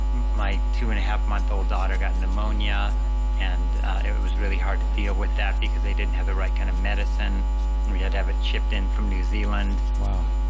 my two and half month old daughter got pneumonia and it was really hard to deal with that because they didn't have the right kind of medicine and we had to have it shipped in from new zealand wow!